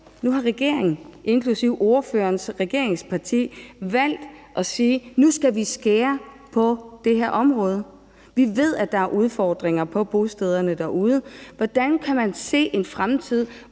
nu har regeringen, inklusive ordførerens regeringsparti, valgt at sige: Nu skal vi skære ned på det her område. Vi ved, at der er udfordringer på bostederne derude. Hvordan kan man se en fremtid,